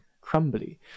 crumbly